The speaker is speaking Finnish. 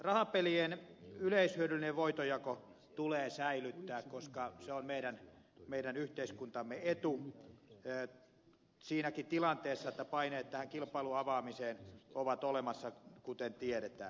rahapelien yleishyödyllinen voitonjako tulee säilyttää koska se on meidän yhteiskuntamme etu siinäkin tilanteessa että paineet kilpailun avaamiseen ovat olemassa kuten tiedetään